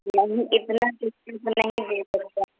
نہیں اتنا سستے میں نہیں دے سکتے ہیں نا